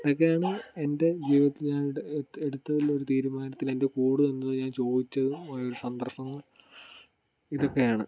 അതൊക്കെയാണ് എൻ്റെ ജീവിതത്തിൽ ഞാൻ എടുത്തതിൽ ഒരു തീരുമാനത്തിൽ എൻ്റെ കൂടെ നിന്നതും ഞാൻ ചോദിച്ചതും സന്ദർഭം ഇതൊക്കെയാണ്